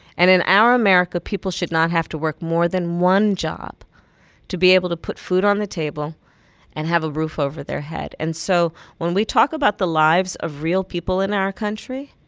and in our america, people should not have to work more than one job to be able to put food on the table and have a roof over their head. and so when we talk about the lives of real people in our country,